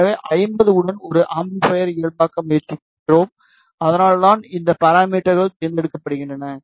எனவே 50 உடன் ஒரு அம்பிளிபையரை இயல்பாக்க முயற்சிக்கிறோம் அதனால்தான் இந்த பாராமீட்டர்கள் தேர்ந்தெடுக்கப்படுகின்றன